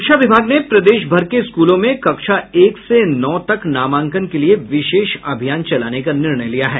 शिक्षा विभाग ने प्रदेश भर के स्कूलों में कक्षा एक से नौ तक नामांकन के लिये विशेष अभियान चलाने का निर्णय लिया है